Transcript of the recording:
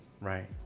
Right